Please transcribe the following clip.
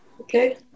Okay